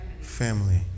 family